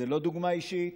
זו לא דוגמה אישית,